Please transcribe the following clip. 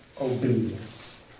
obedience